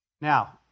Now